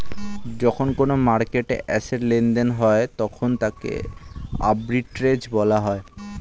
যখন কোনো মার্কেটে অ্যাসেট্ লেনদেন হয় তখন তাকে আর্বিট্রেজ বলা হয়